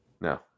No